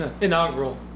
Inaugural